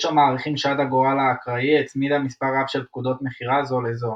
יש המעריכים שיד הגורל האקראי הצמידה מספר רב של פקודות מכירה זו לזו.